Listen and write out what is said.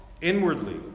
inwardly